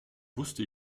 wusste